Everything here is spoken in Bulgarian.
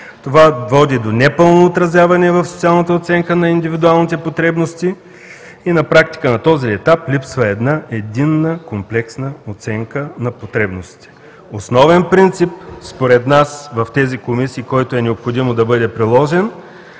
Това води до непълно отразяване в социалната оценка на индивидуалните потребности и на практика на този етап липсва една единна комплексна оценка на потребностите. Основен принцип според нас в тези комисии, който е необходимо да бъде приложен,